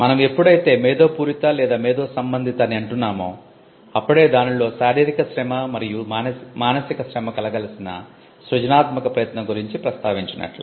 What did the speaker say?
మనం ఎప్పుడైతే 'మేధోపూరిత' లేదా 'మేధో సంబంధిత' అని అంటున్నామో అప్పుడే దానిలో శారీరిక శ్రమ మరియు మానసిక శ్రమ కలగలిసిన సృజనాత్మక ప్రయత్నం గురిచి ప్రస్తావించినట్లే